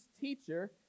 teacher